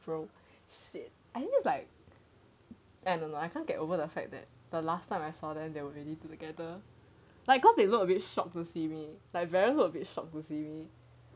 bro shit I just like I don't know I can't get over the fact that the last time I saw them there were really together like cause they look a bit shocked to see me like veron looked very shocked to see me